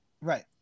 Right